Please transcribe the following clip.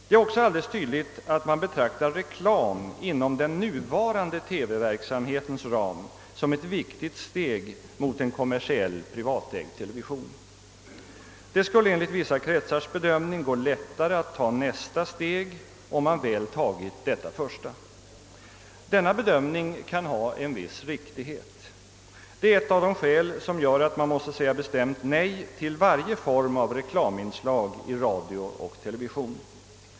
Det är också alldeles tydligt att man betraktar reklam inom den nuvarande TV-verksamhetens ram som ett viktigt steg mot en kommersiell privatägd television. Det skulle enligt vissa kretsars bedömning gå lättare att ta nästa steg om man väl tagit detta första. Denna bedömning kan äga en viss riktighet. Det är ett av de skäl som gör att man måste säga bestämt nej till varje form av reklaminslag i radio och television.